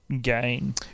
gain